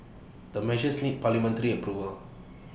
the measures need parliamentary approval